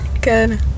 Good